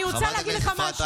אני רוצה להגיד לך משהו,